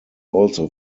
also